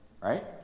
right